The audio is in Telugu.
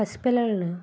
పసి పిల్లలను